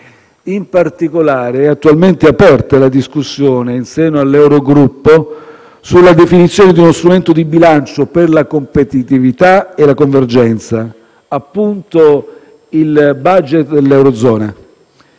In particolare, è attualmente aperta in seno all'Eurogruppo la discussione sulla definizione di uno strumento di bilancio per la competitività e la convergenza, appunto il *budget* dell'Eurozona,